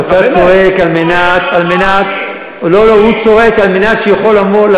כשכואב לא צועקים,